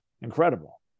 Incredible